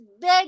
big